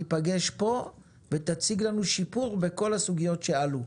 ניפגש פה ותציג לנו שיפור בכל הסוגיות שעלו,